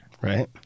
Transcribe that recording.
Right